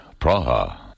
Praha